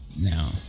Now